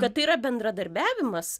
kad tai yra bendradarbiavimas